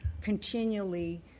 continually